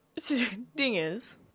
Dingers